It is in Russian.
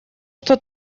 что